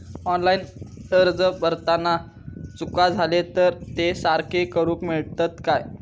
Online अर्ज भरताना चुका जाले तर ते सारके करुक मेळतत काय?